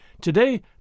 Today